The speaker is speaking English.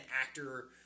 actor